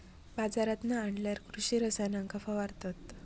बाजारांतना आणल्यार कृषि रसायनांका फवारतत